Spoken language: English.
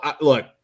look